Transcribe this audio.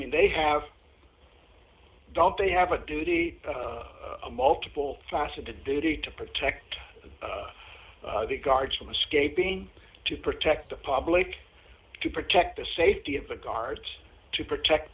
mean they have don't they have a duty a multiple facets a duty to protect of the guards from escaping to protect the public to protect the safety of the guards to protect